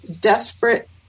desperate